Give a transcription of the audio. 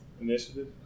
initiative